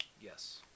Yes